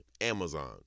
Amazon